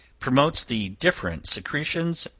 promotes the different secretions,